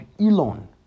Elon